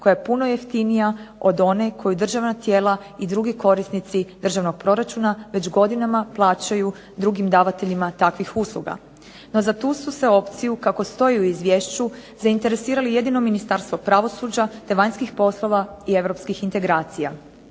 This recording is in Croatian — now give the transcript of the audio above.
koja je puno jeftinija od one koju državna tijela i drugi korisnici državnog proračuna već godinama plaćaju drugim davateljima takvih usluga. No za tu su se opciju kako stoji u izvješću zainteresirali jedino Ministarstvo pravosuđa, te vanjskih polova i europskih integracija.